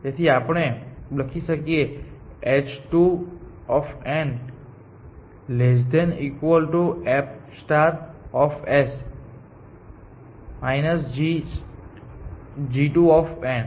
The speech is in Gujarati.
તેથી આપણે આ લખી શકીએ છીએ h2 f g2